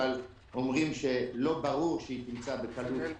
אבל אומרים שלא ברור שהיא תמצא בקלות תקן.